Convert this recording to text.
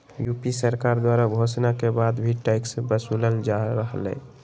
UP सरकार द्वारा घोषणा के बाद भी टैक्स वसूलल जा रहलय